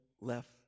left